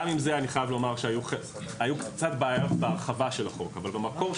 אני חייב לומר שגם עם זה היו קצת בעיות בהרחבה של החוק אבל במקור,